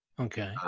okay